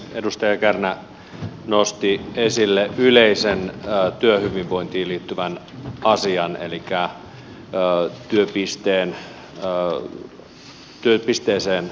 edustaja kärnä nosti esille yleiseen työhyvinvointiin liittyvän asian elikkä työpisteeseen liittyvät asiat